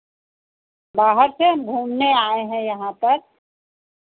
बाहर से हम घूमने आए हैं यहाँ पर